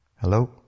Hello